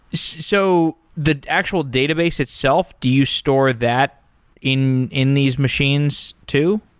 so the actual database itself, do you store that in in these machines too?